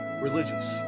religious